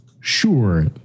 Sure